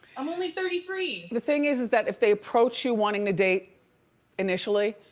i'm only thirty three. the thing is, is that if they approach you wanting to date initially,